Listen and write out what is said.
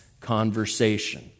conversation